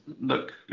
look